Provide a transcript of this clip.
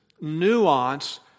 nuance